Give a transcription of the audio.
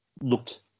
looked